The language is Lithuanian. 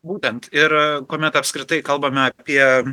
būtent ir kuomet apskritai kalbame apie